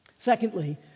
Secondly